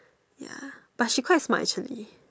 ya but she quite smart actually